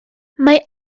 mae